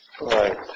right